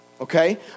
okay